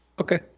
Okay